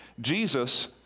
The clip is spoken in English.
Jesus